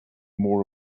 more